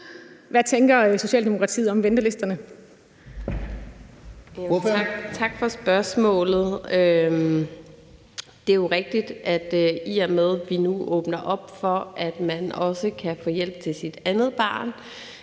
Ordføreren. Kl. 11:52 Lea Wermelin (S): Tak for spørgsmålet. Det er jo rigtigt, at i og med at vi nu åbner op for, at man også kan få hjælp til sit andet barn